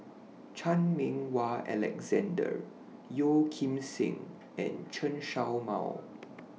Chan Meng Wah Alexander Yeo Kim Seng and Chen Show Mao